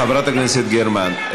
חברת הכנסת גרמן,